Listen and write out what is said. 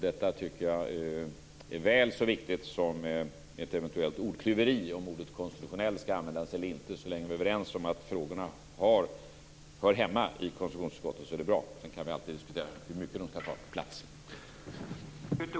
Detta tycker jag är väl så viktigt som ett eventuellt ordklyveri om ordet konstitutionell skall användas eller inte. Så länge vi är överens om att frågorna hör hemma i konstitutionsutskottet är det bra. Sedan kan vi alltid diskutera hur mycket plats de skall ta.